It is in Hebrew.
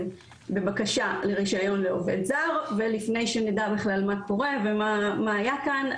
בבקשה לרישיון לעובד זר ולפני שנדע בכלל מה קורה ומה היה כאן,